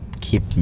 keep